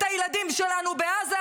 את הילדים שלנו בעזה?